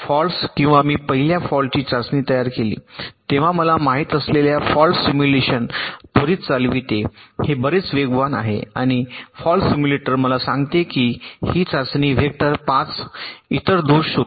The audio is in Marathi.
फॉल्ट्स किंवा मी पहिल्या फॉल्टची चाचणी तयार केली तेव्हा मला माहित असलेल्या फॉल्ट सिम्युलेशन त्वरित चालविते हे बरेच वेगवान आहे आणि फॉल्ट सिम्युलेटर मला सांगते की ही चाचणी वेक्टर 5 इतर दोष शोधतो